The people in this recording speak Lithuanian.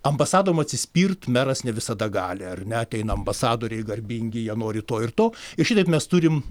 ambasadom atsispirt meras ne visada gali ar ne ateina ambasadoriai garbingi jie nori to ir to ir šitaip mes turim